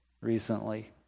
recently